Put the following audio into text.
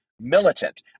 militant